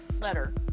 Letter